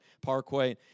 parkway